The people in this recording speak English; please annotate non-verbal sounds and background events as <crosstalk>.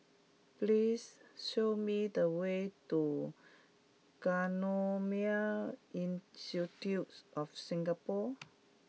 please show me the way to Genome Institute of Singapore <noise>